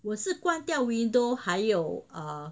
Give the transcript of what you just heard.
我是关掉 window 还有哦